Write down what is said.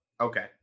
okay